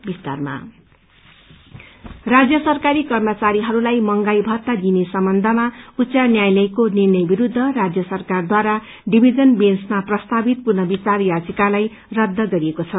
DA राज्य सरकारी कर्मचारीहरूलाई मंहगाई भत्ता दिने सम्बन्धमा उच्च न्यायालयको निर्णय विरूद्ध राज्य सरकारद्वारा डिभीजन बेन्चमा प्रस्तावित पुनर्विचार याचिकालाई रद्द गरिएको छ